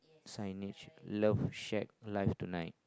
signature love shack live tonight